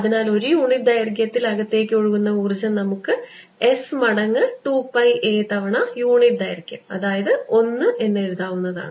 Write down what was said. അതിനാൽ ഒരു യൂണിറ്റ് ദൈർഘ്യത്തിൽ അകത്തേക്ക് ഒഴുകുന്ന ഊർജ്ജം നമുക്ക് S മടങ്ങ് 2 പൈ a തവണ യൂണിറ്റ് ദൈർഘ്യം അതായത് 1 എന്നെഴുതാവുന്നതാണ്